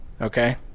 okay